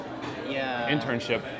internship